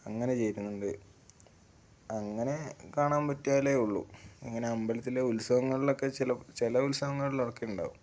അങ്ങനെ ചെയ്യുന്നുണ്ട് അങ്ങനെ കാണാൻ പറ്റിയാലേ ഉള്ളു ഇങ്ങനെ അമ്പലത്തിലെ ഉത്സവങ്ങളിലൊക്കെ ചില ചില ഉത്സവങ്ങളിലൊക്കെ ഉണ്ടാവും